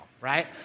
right